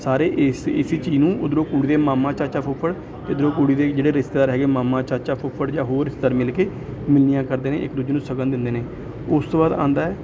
ਸਾਰੇ ਇਸ ਇਸ ਚੀਜ਼ ਨੂੰ ਉੱਧਰੋਂ ਕੁੜੀ ਦੇ ਮਾਮਾ ਚਾਚਾ ਫੁੱਫੜ ਇੱਧਰੋਂ ਕੁੜੀ ਦੇ ਜਿਹੜੇ ਰਿਸ਼ਤੇਦਾਰ ਹੈਗੇ ਮਾਮਾ ਚਾਚਾ ਫੁੱਫੜ ਜਾਂ ਹੋਰ ਰਿਸ਼ਤੇਦਾਰ ਮਿਲ ਕੇ ਮਿਲਨੀਆਂ ਕਰਦੇ ਨੇ ਇੱਕ ਦੂਜੇ ਨੂੰ ਸ਼ਗਨ ਦਿੰਦੇ ਨੇ ਉਸ ਤੋਂ ਬਾਅਦ ਆਉਂਦਾ ਹੈ